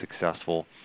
successful